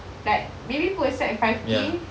like maybe put aside five K